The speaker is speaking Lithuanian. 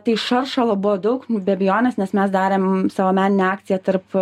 tai šaršalo buvo daug be abejonės nes mes darėm savo meninę akciją tarp